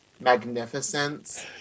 magnificence